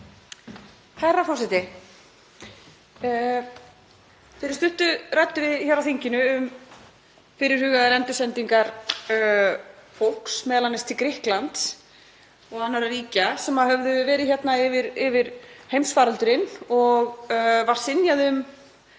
Herra forseti. Fyrir stuttu ræddum við hér á þinginu um fyrirhugaðar endursendingar fólks, m.a. til Grikklands og annarra ríkja, sem hafði verið hér yfir heimsfaraldurinn og var synjað um